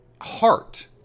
heart